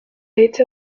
été